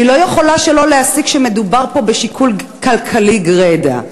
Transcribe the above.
אני לא יכולה שלא להסיק שמדובר פה בשיקול כלכלי גרידא.